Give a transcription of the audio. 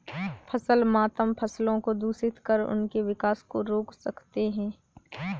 फसल मातम फसलों को दूषित कर उनके विकास को रोक सकते हैं